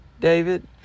David